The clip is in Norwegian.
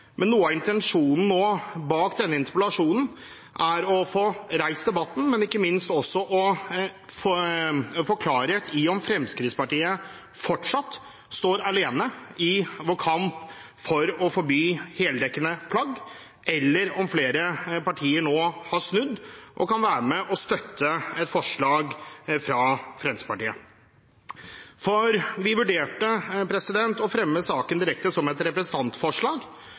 men noe av intensjonen bak denne interpellasjonen er å få reist debatten og ikke minst også å få klarhet i om Fremskrittspartiet fortsatt står alene i vår kamp for å forby heldekkende plagg, eller om flere partier nå har snudd og kan være med og støtte et forslag fra Fremskrittspartiet. Vi vurderte å fremme saken direkte som et representantforslag,